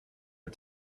had